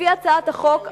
לפי הצעת החוק,